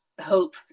hope